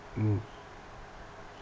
mm